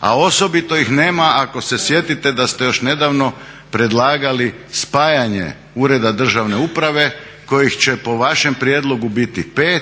a osobito ih nema ako se sjetite da ste još nedavno predlagali spajanje ureda državne uprave kojih će po vašem prijedlogu biti 5,